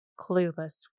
clueless